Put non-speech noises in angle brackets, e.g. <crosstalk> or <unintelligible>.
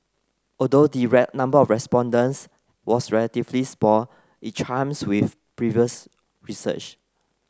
although the <unintelligible> number of respondents was relatively <unintelligible> it chimes with previous research